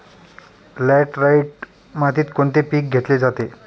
Laterite मातीत कोणते पीक घेतले जाते?